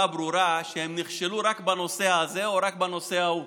ברורה שהם נכשלו רק בנושא הזה או רק בנושא ההוא,